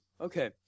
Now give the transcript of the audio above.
Okay